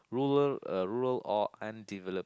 rural uh rural or undeveloped